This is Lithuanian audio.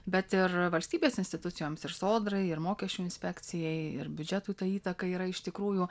bet ir valstybės institucijoms ir sodrai ir mokesčių inspekcijai ir biudžetui ta įtaka yra iš tikrųjų